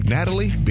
Natalie